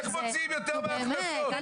איך מוציאים יותר מההכנסות?